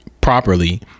properly